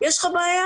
יש לך בעיה,